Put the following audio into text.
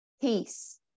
peace